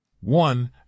One